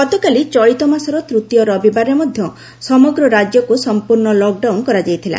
ଗତକାଲି ଚଳିତମାସର ତୃତୀୟ ରବିବାରରେ ମଧ୍ୟ ସମଗ୍ର ରାଜ୍ୟକୁ ସମ୍ପୂର୍ଣ୍ଣ ଲକ୍ଡାଉନ କରାଯାଇଥିଲା